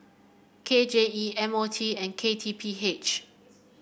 K J E M O T and K T P H